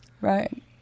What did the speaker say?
Right